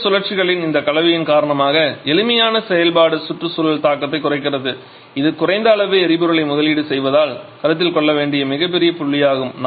இரண்டு சுழற்சிகளின் இந்த கலவையின் காரணமாக எளிமையான செயல்பாடு சுற்றுச்சூழல் தாக்கத்தை குறைக்கிறது இது குறைந்த அளவு எரிபொருளை முதலீடு செய்வதால் கருத்தில் கொள்ள வேண்டிய மிகப் பெரிய புள்ளியாகும்